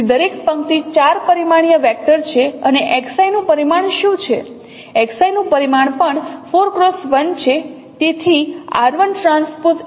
તેથી દરેક પંક્તિ 4 પરિમાણીય વેક્ટર છે અને Xi નું પરિમાણ શું છે Xi નું પરિમાણ પણ 4 x 1 છે